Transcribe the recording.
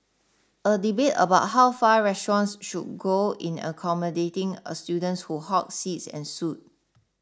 a debate about how far restaurants should go in accommodating students who hog seats ensued